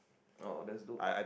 oh that's dope